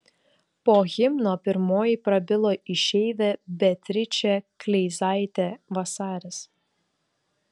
po himno pirmoji prabilo išeivė beatričė kleizaitė vasaris